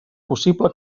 possible